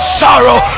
sorrow